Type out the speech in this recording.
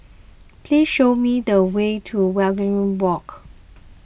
please show me the way to Waringin Walk